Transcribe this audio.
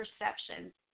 perceptions